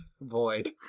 Void